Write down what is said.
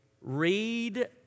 Read